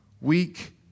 weak